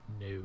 No